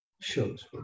shows